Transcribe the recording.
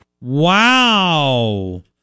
Wow